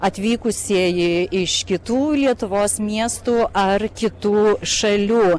atvykusieji iš kitų lietuvos miestų ar kitų šalių